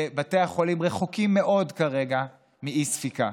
ובתי החולים רחוקים מאוד כרגע מאי-ספיקה,